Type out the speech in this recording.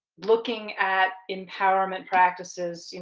looking at empowerment practices,